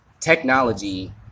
technology